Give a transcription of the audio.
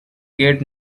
gate